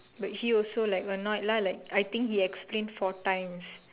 but he also like annoyed lah like I think he explain four times